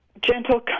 gentle